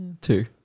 Two